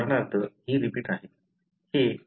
उदाहरणार्थ ही रिपीट आहे